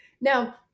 Now